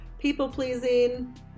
people-pleasing